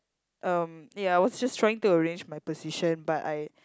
um ya I was just trying to arrange my position but I